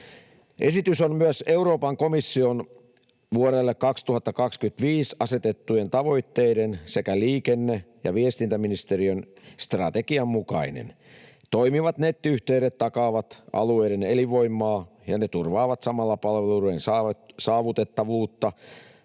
Esitys on myös Euroopan komission vuodelle 2025 asetettujen tavoitteiden sekä liikenne- ja viestintäministeriön strategian mukainen. Toimivat nettiyhteydet takaavat alueiden elinvoimaa, ja ne turvaavat samalla palvelujen saavutettavuutta,